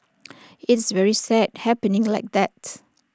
it's very sad happening like that